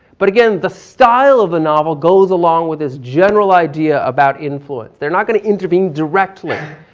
but again the style of the novel goes along with this general idea about influence, they're not going to intervene directly,